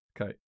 Okay